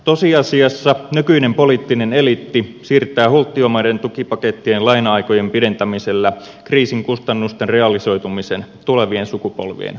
tosiasiassa nykyinen poliittinen eliitti siirtää hulttiomaiden tukipakettien laina aikojen pidentämisellä kriisin kustannusten realisoitumisen tulevien sukupolvien harteille